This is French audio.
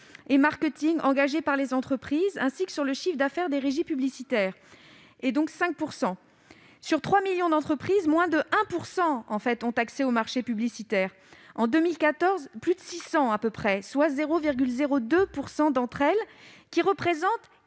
de marketing engagés par les entreprises, ainsi que sur le chiffre d'affaires des régies publicitaires. Sur 3 millions d'entreprises, moins de 1 % ont accès au marché publicitaire. En 2014, plus de 600 entreprises, soit 0,02 % d'entre elles, effectuaient